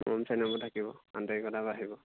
মৰম চেনেহবোৰ থাকিব আন্তৰিকতা বাঢ়িব